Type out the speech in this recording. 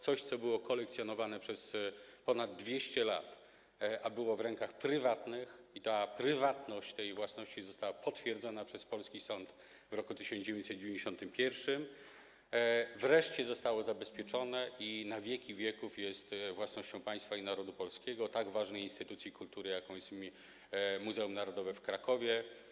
Coś, co było kolekcjonowane przez ponad 200 lat, a było w rękach prywatnych, i ta prywatność tej własności została potwierdzona przez polski sąd w roku 1991, wreszcie zostało zabezpieczone i na wieki wieków jest własnością państwa i narodu polskiego, tak ważnej instytucji kultury, jaką jest Muzeum Narodowe w Krakowie.